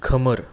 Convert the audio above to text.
खोमोर